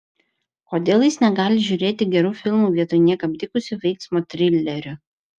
kodėl jis negali žiūrėti gerų filmų vietoj niekam tikusių veiksmo trilerių